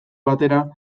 batera